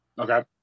Okay